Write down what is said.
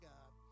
God